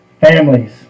families